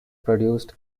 produced